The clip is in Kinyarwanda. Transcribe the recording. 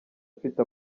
mfite